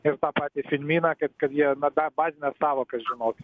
ir tą patį finminą kad kad jie na bent bazines sąvokas žinotų